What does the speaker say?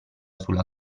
sulla